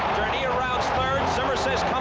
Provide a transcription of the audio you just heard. dernier rounds, zimmer says,